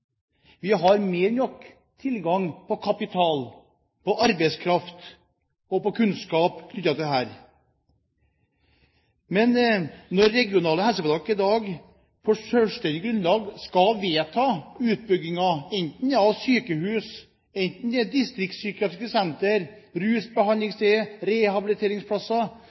Vi har mer enn nok tilgang på kapital, på arbeidskraft og på kunnskap knyttet til dette. Når regionale helseforetak i dag på et selvstendig grunnlag skal vedta utbygginger, enten det gjelder sykehus, distriktspsykiatriske sentre, rusbehandlingssteder eller rehabiliteringsplasser,